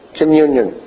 communion